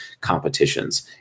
competitions